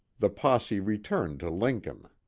the posse returned to lincoln.